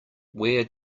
where